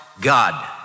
God